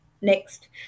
Next